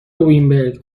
وینبرگ